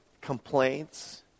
complaints